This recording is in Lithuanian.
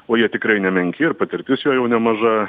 o jie tikrai nemenki ir patirtis jo jau nemaža